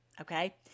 Okay